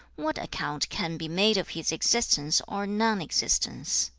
what account can be made of his existence or non-existence